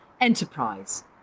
Enterprise